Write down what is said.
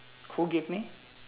who give me